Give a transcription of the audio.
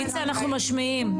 ניצה, אנחנו משמיעים.